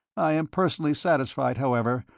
i am personally satisfied, however,